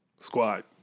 Squad